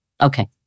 Okay